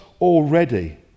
already